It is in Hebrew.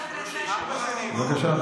בבקשה.